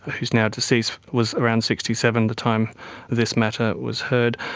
who is now deceased, was around sixty seven at the time this matter was heard.